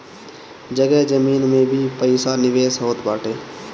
जगह जमीन में भी पईसा निवेश होत बाटे